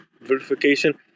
verification